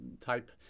type